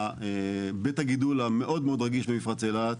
בית הגידול המאוד מאוד רגיש במפרץ אילת.